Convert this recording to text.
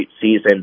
season